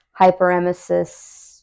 hyperemesis